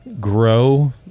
grow